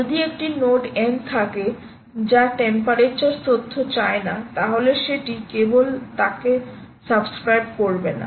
যদি একটি node n থাকে যা টেম্পারেচার তথ্য চায় না তাহলে সেটি কেবল তাতে সাবস্ক্রাইব করবে না